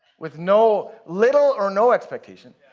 with no, little, or no expectation.